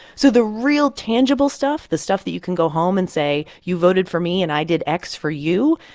so the real tangible stuff, the stuff that you can go home and say you voted for me and i did x for you,